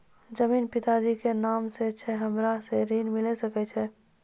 जमीन पिता जी के नाम से छै हमरा के ऋण मिल सकत?